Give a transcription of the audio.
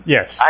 Yes